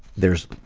there's,